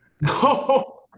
No